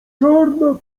czarna